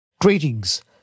Greetings